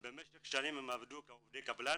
במשך שנים הם עבדו כעובדי קבלן